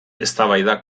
eztabaida